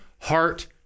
heart